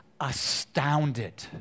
astounded